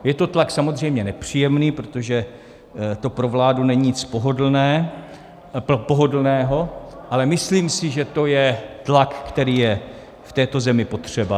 Je to tlak samozřejmě nepříjemný, protože to pro vládu není nic pohodlného, ale myslím si, že to je tlak, který je v této zemi potřeba.